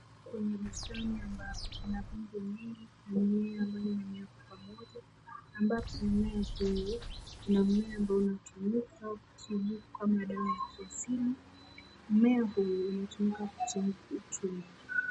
Kwenye bustani ambapo kuna vitu mingi ambayo inamea kwa pamoja, ambapo mmea wa chai ni mmea ambao unatumika kuchanganywa kama dawa ya kiasili. Mmea huu unatumika kutibu mtu.